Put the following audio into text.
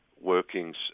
workings